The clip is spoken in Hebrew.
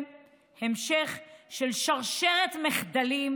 וכמה קל לדרוש שוויון זכויות,